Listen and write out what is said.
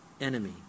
enemy